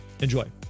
Enjoy